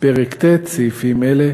פרק ט', סעיפים אלה: